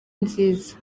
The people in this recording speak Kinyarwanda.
nziza